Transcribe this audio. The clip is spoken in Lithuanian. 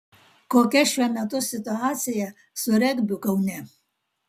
kokia šiuo metu situacija su regbiu kaune